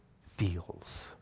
feels